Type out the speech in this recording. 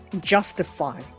justify